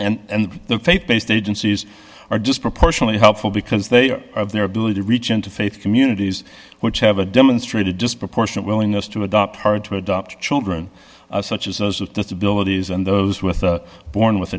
and the faith based agencies are disproportionately helpful because they are of their ability to reach into faith communities which have a demonstrated disproportionate willingness to adopt hard to adopt children such as those of disabilities and those with born with